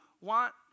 want